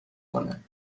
کنهبریم